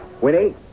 Winnie